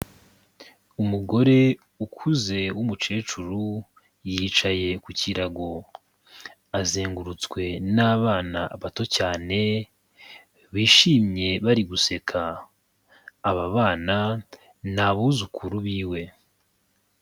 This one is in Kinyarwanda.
Umugore ukuze w'umukecuru, yicaye ku kirago. Azengurutswe n'abana bato cyane, bishimye bari guseka. Aba bana ni abuzukuru biwe.